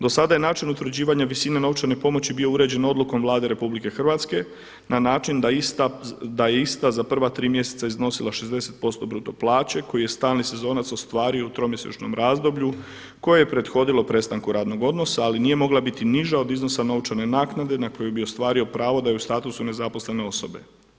Do sada je način utvrđivanja visine novčane pomoći bio uređen odlukom Vlade RH na način da je ista za prva tri mjeseca iznosila 60% bruto plaće koju je stalni sezonac ostvario u tromjesečnom razdoblju koje je prethodilo prestanku radnog odnosa ali nije mogla biti niža od iznosa novčane naknade na koju bi ostvario pravo da je u statusu nezaposlene osobe.